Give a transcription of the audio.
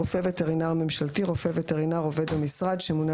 "רופא וטרינר ממשתי" רופא וטרינר עובד המשרד שמונה